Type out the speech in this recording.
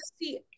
see